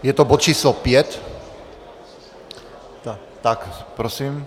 Je to bod č. 5. Tak, prosím.